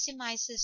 maximizes